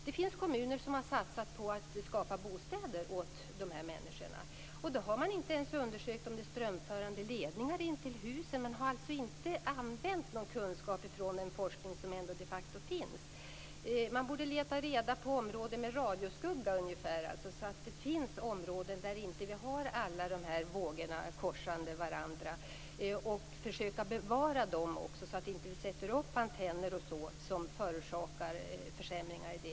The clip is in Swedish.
Det finns kommuner som har satsat på att skapa bostäder åt dessa människor. Men man har då inte ens undersökt om det är strömförande ledningar intill husen. Man har alltså inte använt någon kunskap från den forskning som ändå de facto finns. Man borde leta reda på områden med radioskugga, så att det finns områden där inte alla dessa vågor korsar varandra och försöka bevara dem och inte sätta upp antenner m.m. som förorsakar försämringar.